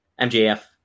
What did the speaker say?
mjf